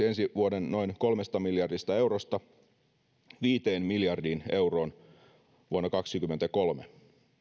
ensi vuoden noin kolmesta miljardista eurosta viiteen miljardiin euroon vuonna kaksikymmentäkolme